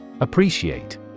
Appreciate